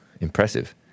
impressive